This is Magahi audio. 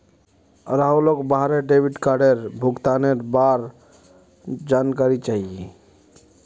राहुलक वहार डेबिट कार्डेर भुगतानेर बार जानकारी चाहिए